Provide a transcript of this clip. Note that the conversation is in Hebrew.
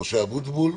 ומשה אבוטבול.